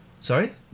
Sorry